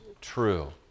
true